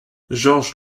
georges